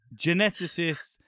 Geneticists